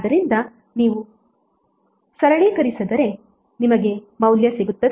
ಆದ್ದರಿಂದ ನೀವು ಸರಳೀಕರಿಸಿದರೆ ನಿಮಗೆ ಮೌಲ್ಯ ಸಿಗುತ್ತದೆ